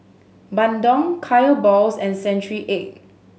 bandung Kaya balls and century egg